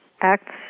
acts